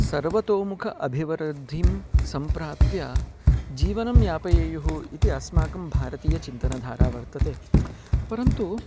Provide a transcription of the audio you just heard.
सर्वतोमुखम् अभिवृद्धिं सम्प्राप्य जीवनं यापयेयुः इति अस्माकं भारतीयचिन्तनधारा वर्तते परन्तु